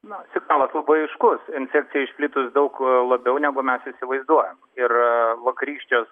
na signalas labai aiškus infekcija išplitus daug labiau negu mes įsivaizduojam ir vakarykštės